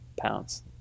pounds